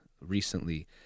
recently